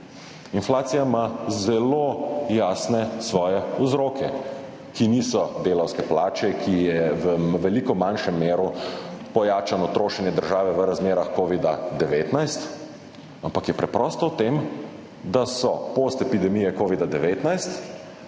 Inflacija ima svoje zelo jasne vzroke, ki niso delavske plače, ki so v veliko manjši meri pojačale trošenje države v razmerah covida-19, ampak je preprosto v tem, da so post epidemije covida-19